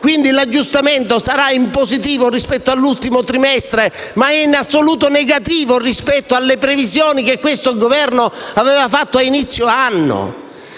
quindi l'aggiustamento sarà in positivo rispetto all'ultimo trimestre, ma è in assoluto negativo rispetto alle previsioni fatte dal Governo all'inizio dell'anno.